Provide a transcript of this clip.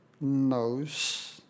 nose